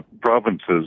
provinces